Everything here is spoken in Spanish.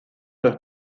los